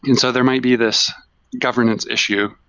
and so there might be this governance issue.